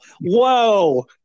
Whoa